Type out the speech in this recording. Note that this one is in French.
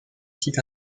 site